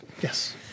yes